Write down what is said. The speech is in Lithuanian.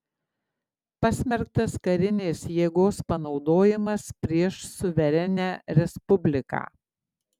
pasmerktas karinės jėgos panaudojimas prieš suverenią respubliką